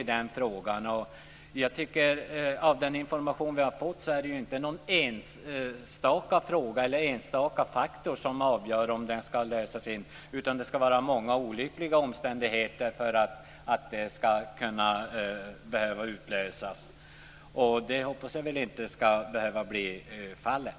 Av den information vi har fått har det framkommit att det inte är någon enstaka fråga eller faktor som avgör om den ska lösas in utan det ska vara många olyckliga omständigheter för att den ska behöva utlösas. Det hoppas jag inte ska behöva bli fallet.